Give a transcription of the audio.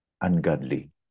ungodly